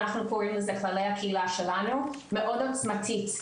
אנחנו קוראים לזה כללי הקהילה שלנו מאוד עוצמתית,